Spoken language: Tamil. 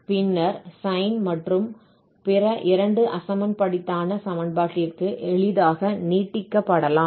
பின்னர் சைன் மற்றும் பிற இரண்டு அசமன்படித்தான சமன்பாட்டிற்கு எளிதாக நீட்டிக்கப்படலாம்